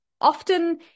often